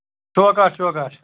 چوکاٹ چوکاٹ